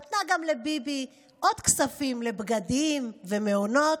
נתנה לביבי עוד כספים לבגדים ומעונות,